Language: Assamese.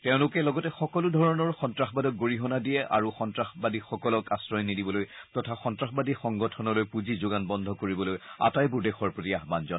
তেওঁলোকে লগতে সকলো ধৰণৰ সন্তাসবাদক গৰিহণা দিয়ে আৰু সন্তাসবাদীসকলক আশ্ৰয় নিদিবলৈ তথা সন্তাসবাদী সংগঠনলৈ পুঁজি যোগান বন্ধ কৰিবলৈ আটাইবোৰ দেশৰ প্ৰতি আহান জনায়